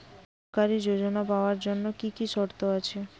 সরকারী যোজনা পাওয়ার জন্য কি কি শর্ত আছে?